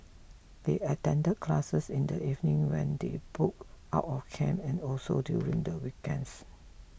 they attend classes in the evening when they book out of camp and also during the weekends